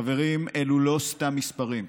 חברים, אלו לא סתם מספרים,